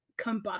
combust